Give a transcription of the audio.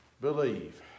believe